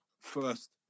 first